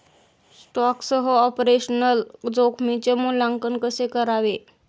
स्टॉकसह ऑपरेशनल जोखमीचे मूल्यांकन कसे करावे?